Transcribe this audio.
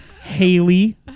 Haley